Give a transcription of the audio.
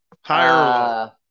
Higher